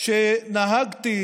שנהגתי